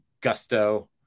gusto